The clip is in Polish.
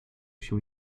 się